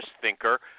thinker